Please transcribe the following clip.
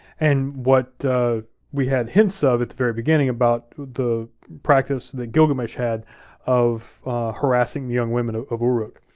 and what we had hints of at the very beginning about the practice that gilgamesh had of harassing young women of of uruk.